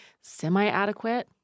semi-adequate